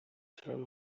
turn